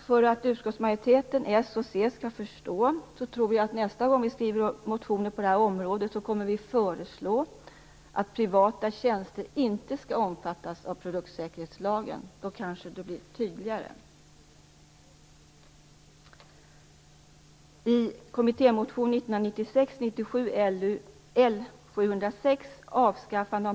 För att utskottsmajoriteten, Socialdemokraterna och Centern, skall förstå tror vi att vi, nästa gång vi skriver motioner på det här området, skall föreslå att privata tjänster inte skall omfattas av produktsäkerhetslagen. Då kanske det blir tydligare.